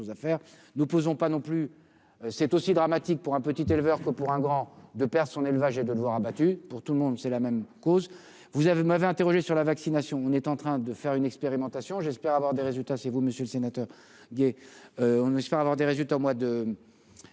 nous posons pas non plus, c'est aussi dramatique pour un petit éleveur que pour un grand de perdre son élevage et de noirs abattu pour tout le monde, c'est la même cause : vous avez, vous m'avez interrogé sur la vaccination, on est en train de faire une expérimentation, j'espère avoir des résultats, c'est vous, monsieur le sénateur Guy et on espère avoir des résultats au mois de,